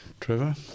Trevor